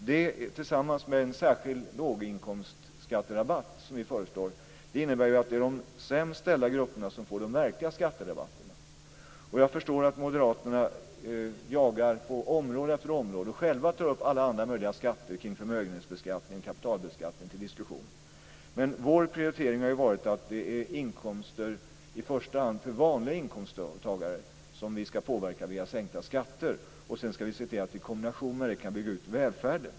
Det, tillsammans med en särskild låginkomstskatterabatt som vi föreslår, innebär att det är de sämst ställda grupperna som får de verkliga skatterabatterna. Jag förstår att moderaterna jagar på område efter område och själva tar upp alla andra möjliga skatter kring förmögenhetsbeskattning och kapitalbeskattning till diskussion, men vår prioritering har varit att det är inkomster i första hand för vanliga inkomsttagare som vi ska påverka via sänkta skatter. Sedan ska vi se till att vi i kombination med det kan bygga ut välfärden.